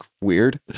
weird